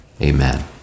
amen